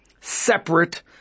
separate